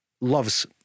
loves